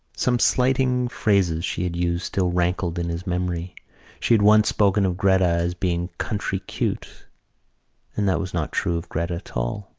some slighting phrases she had used still rankled in his memory she had once spoken of gretta as being country cute and that was not true of gretta at all.